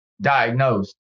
diagnosed